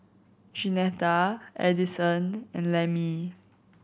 Jeanetta Addison and Lemmie